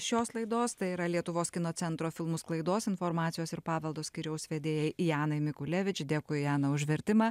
šios laidos tai yra lietuvos kino centro filmų sklaidos informacijos ir paveldo skyriaus vedėjai janai mikulevič dėkui jana už vertimą